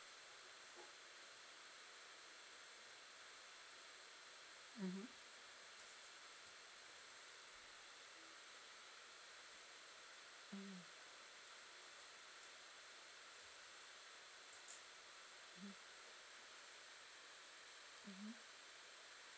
mmhmm mmhmm mmhmm mmhmm